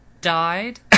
died